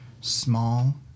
small